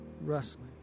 rustling